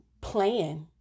plan